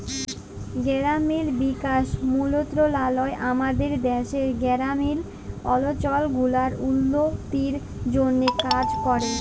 গেরামিল বিকাশ মলত্রলালয় আমাদের দ্যাশের গেরামিল অলচল গুলার উল্ল্য তির জ্যনহে কাজ ক্যরে